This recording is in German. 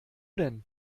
denn